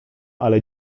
ale